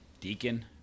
deacon